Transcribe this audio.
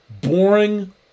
boring